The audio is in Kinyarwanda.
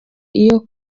iyo